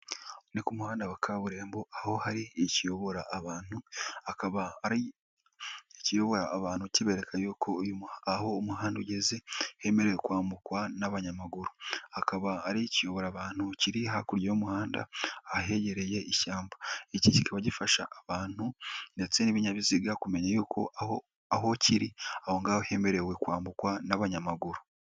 Ni ku muhanda wa kaburimbo aho hari ikiyobora abantu kibereka yuko aho umuhanda ugeze hemerewe kwambukwa n'abanyamaguru, akaba ari ikiyobora abantu kiri hakurya y'umuhanda ahahegereye ishyamba, iki kikaba gifasha abantu ndetse n'ibinyabiziga kumenya yuko aho aho kiri hemerewe kwambukwa n'abanyamaguru.